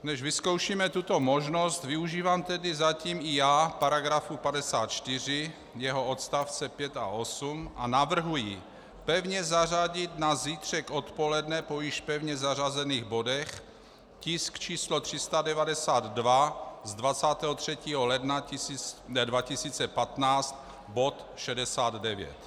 Než vyzkoušíme tuto možnost, využívám tedy zatím i já paragrafu 54, jeho odstavce 5 a 8, a navrhuji pevně zařadit na zítřek odpoledne po již pevně zařazených bodech tisk číslo 392 z 23. ledna 2015, bod 69.